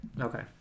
Okay